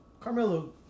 Carmelo